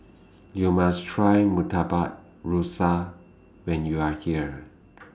YOU must Try Murtabak Rusa when YOU Are here